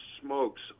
smokes